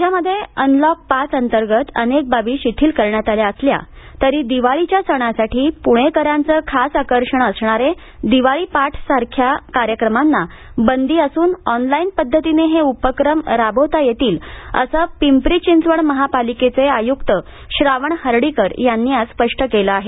राज्यामध्ये अनलक पाच अंतर्गत अनेक बाबी शिथिल करण्यात असल्या तरी दिवाळीच्या सणासाठी प्णेकरांचे खास आकर्षण असणारे दिवाळी पहाट सारख्या कार्यक्रमाना बंदी असून ओनलाइन पद्धतीने हे उपक्रम राबवता येतील असे पिंपरी चिंचवड महापालिकेचे आय्क्त श्रावण हर्डीकर यांनी आज स्पष्ट केलं आहे